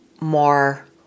more